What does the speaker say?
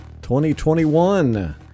2021